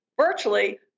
virtually